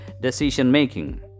decision-making